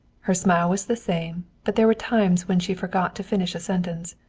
her smile was the same, but there were times when she forgot to finish a sentence,